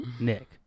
Nick